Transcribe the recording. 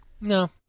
No